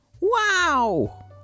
wow